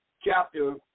chapter